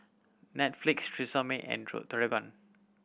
Netflix Tresemme and